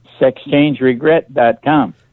SexchangeRegret.com